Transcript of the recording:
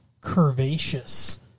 curvaceous